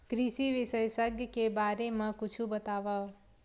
कृषि विशेषज्ञ के बारे मा कुछु बतावव?